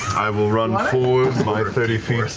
i will run forward my thirty feet,